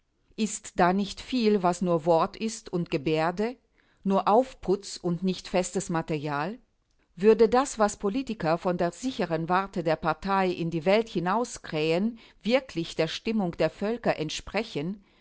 ist da nicht viel was nur wort ist und gebärde nur aufputz und nicht festes material würde das was politiker von der sicheren warte der partei in die welt hinauskrähen wirklich der stimmung der völker entsprechen